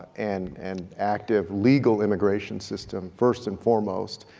and and active legal immigration system, first and foremost.